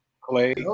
clay